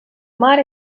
mar